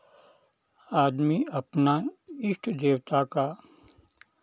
आदमी अपना इष्ट देवता का